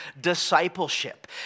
discipleship